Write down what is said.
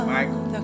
Michael